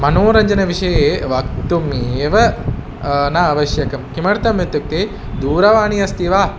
मनोरञ्चनविषये वक्तुमेव न आवश्यकं किमर्थम् इत्युक्ते दूरवाणी अस्ति वा